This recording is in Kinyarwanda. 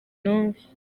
n’umwe